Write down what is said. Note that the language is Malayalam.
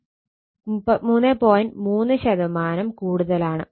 3 ശതമാനം കൂടുതലാണ്